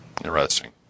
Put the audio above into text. Interesting